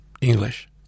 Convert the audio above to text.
English